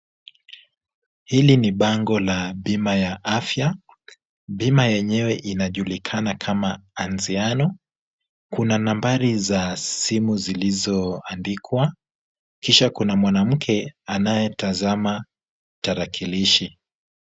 Hili ni bango la bima ya afya. Bima yenyewe inajulikana kama Anziano. Kuna nambari za simu zilizoandikwa, kisha kuna mwanamke anayetazama tarakilishi.